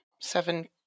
Seven